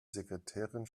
sekretärin